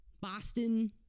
Boston